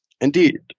Indeed